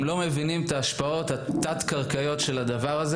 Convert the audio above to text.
לא מבינים את ההשפעות התת קרקעיות של הדבר הזה